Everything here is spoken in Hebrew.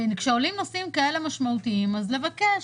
כשעולים נושאים כאלה משמעותיים, אז לבקש,